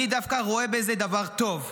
אני דווקא רואה בזה דבר טוב.